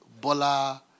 Bola